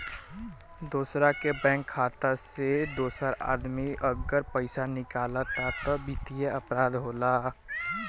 दोसरा के बैंक खाता से दोसर आदमी अगर पइसा निकालेला त वित्तीय अपराध होला